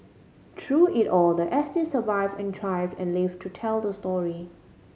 through it all the S T survived and thrived and lived to tell the story